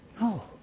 No